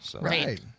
Right